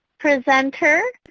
presenter.